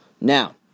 Now